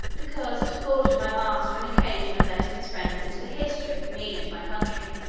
because it afforded my master an occasion of letting his friends into the history of me and my country,